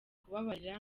kubabarira